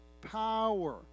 power